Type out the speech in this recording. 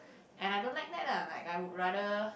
and I don't like that lah like I would rather